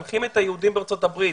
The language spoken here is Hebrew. היהודים בארצות הברית